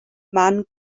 man